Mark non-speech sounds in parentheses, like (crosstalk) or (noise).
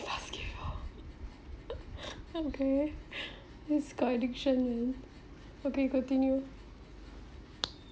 basketball (laughs) okay (breath) this guy addiction man okay continue